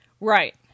Right